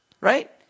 right